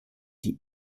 die